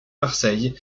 marseille